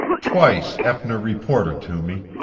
twice eppner reported to me.